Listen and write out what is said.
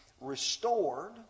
restored